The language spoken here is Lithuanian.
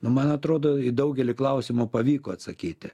nu man atrodo į daugelį klausimų pavyko atsakyti